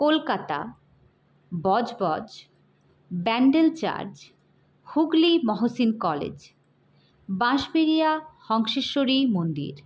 Kolkata Budge Budge Bandel church Hooghly Mohsin college Bansberia Hanseswari মন্দির